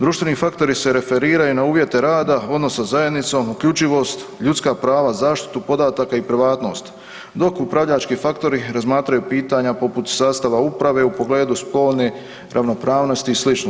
Društveni faktori se referiraju na uvjete rada odnosno zajednicom, uključivost, ljudska prava, zaštitu podataka i privatnost, dok upravljački faktori razmatraju pitanja poput sastava uprave u pogledu spolne ravnopravnosti i sl.